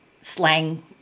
slang